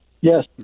Yes